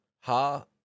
ha